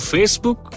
Facebook